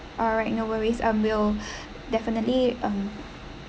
alright no worries um we'll definitely um